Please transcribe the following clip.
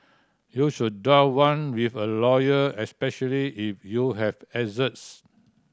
you should draft one with a lawyer especially if you have asserts